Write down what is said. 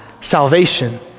salvation